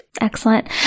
Excellent